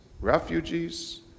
refugees